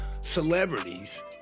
celebrities